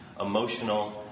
emotional